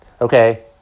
Okay